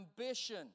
ambition